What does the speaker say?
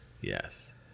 Yes